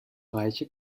reiche